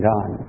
God